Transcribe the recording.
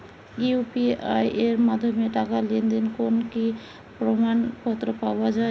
UPI এর মাধ্যমে টাকা লেনদেনের কোন কি প্রমাণপত্র পাওয়া য়ায়?